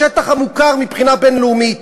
בשטח המוכר מבחינה בין-לאומית,